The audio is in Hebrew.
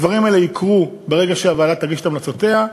הדברים האלה יקרו ברגע שהוועדה תגיש את המלצותיה.